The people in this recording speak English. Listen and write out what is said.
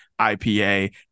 IPA